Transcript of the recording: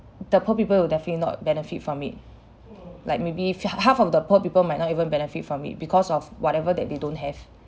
the poor people will definitely not benefit from it like maybe half of the poor people might not even benefit from it because of whatever that they don't have